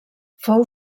fou